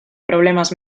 problemas